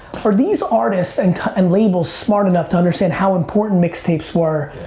are these artists and and labels smart enough to understand how important mixtapes were?